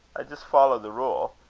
i jist follow the rule.